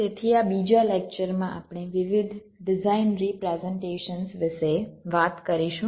તેથી આ બીજા લેક્ચર માં આપણે વિવિધ ડિઝાઇન રિપ્રેઝન્ટેશન્સ વિશે વાત કરીશું